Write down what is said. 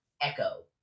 Echo